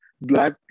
Black